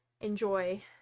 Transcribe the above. enjoy